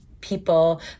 people